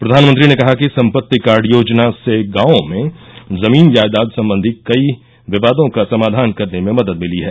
प्रधानमंत्री ने कहा कि सम्पत्ति कार्ड योजना से गांवों में जमीन जायदाद सम्बन्धी कई विवादों का समाधान करने में मदद मिली है